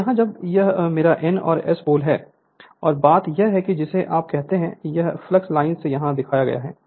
अब यहाँ जब यह मेरा N और S पोल है और बात यह है कि जिसे आप कहते हैं यह फ्लक्स लाइन यहाँ दिखाया गया है